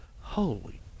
holy